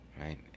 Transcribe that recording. Right